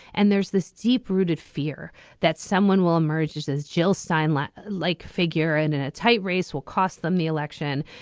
and there's this deep rooted fear that someone will emerge as as jill stein like like figure and in a tight race will cost them the election.